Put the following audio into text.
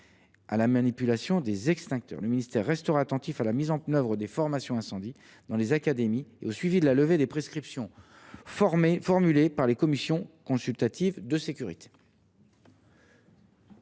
à la manipulation des extincteurs. Le ministère restera attentif à la mise en œuvre des formations incendie dans les académies et au suivi de la levée des prescriptions formulées par les commissions consultatives